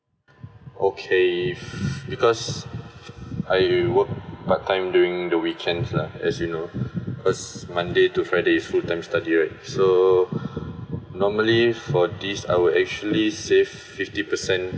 okay because I work part-time during the weekends lah as you know cause monday to friday is full time study right so normally for this I'll actually save fifty percent